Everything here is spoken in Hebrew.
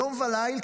יום ולילה,